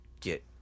get